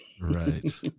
Right